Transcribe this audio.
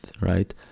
right